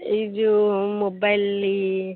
ଏହି ଯେଉଁ ମୋବାଇଲ୍